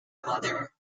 mother